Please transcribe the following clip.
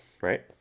Right